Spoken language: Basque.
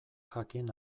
jakin